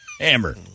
Hammer